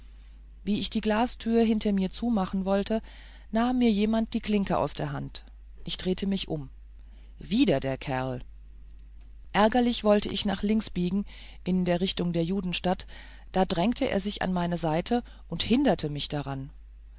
wie ich die glastür hinter mir zumachen wollte nahm mir jemand die klinke aus der hand ich drehte mich um wieder der kerl ärgerlich wollte ich nach links biegen in der richtung der judenstadt zu da drängte er sich an meine seite und hinderte mich daran